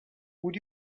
would